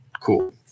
Cool